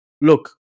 look